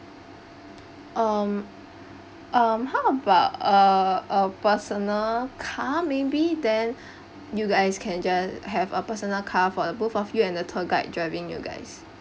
um um how about a a personal car maybe then you guys can just have a personal car for the both of you and the tour guide driving you guys